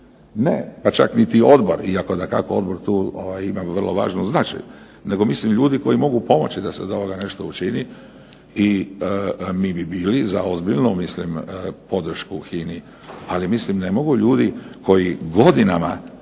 pa čak niti odbor iako dakako odbor tu ima vrlo važan značaj. Nego mislim ljudi koji mogu pomoći da se od ovoga nešto učini i mi bi bili za ozbiljnu podršku HINA-i. ali ne mogu ljudi koji godinama